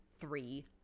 three